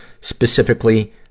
specifically